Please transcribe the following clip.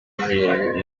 zirindwi